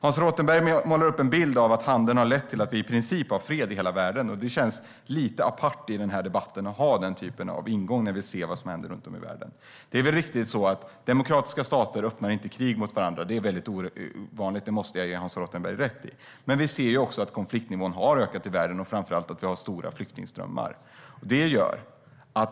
Hans Rothenberg målar upp en bild av att handeln har lett till att vi i princip har fred i hela världen. Det känns lite apart att använda sig av den typen av ingång i debatten när vi ser vad som händer runt om i världen. Det är riktigt att demokratiska stater inte öppnar krig med varandra. Det är väldigt ovanligt, det måste jag ge Hans Rothenberg rätt i. Men vi ser ju att konfliktnivån har ökat i världen. Framför allt finns det stora flyktingströmmar.